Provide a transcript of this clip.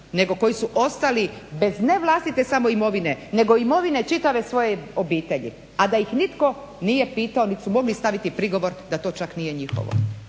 nego koji su ostali bez ne vlastite samo imovine nego imovine čitave svoje obitelji, a da ih nitko nije pitao niti su mogli staviti prigovor da to čak nije njihovo,